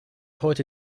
heute